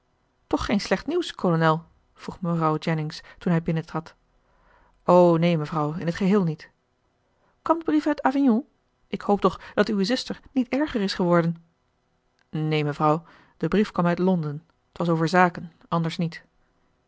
toch geen slecht nieuws kolonel vroeg mevrouw jennings toen hij binnentrad o neen mevrouw in t geheel niet kwam de brief uit avignon ik hoop toch dat uwe zuster niet erger is geworden neen mevrouw de brief kwam uit londen t was over zaken anders niet